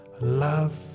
love